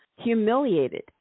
humiliated